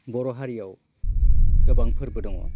बर' हारियाव गोबां फोरबो दङ